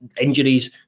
injuries